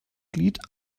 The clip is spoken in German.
glied